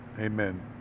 Amen